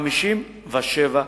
57 דקות.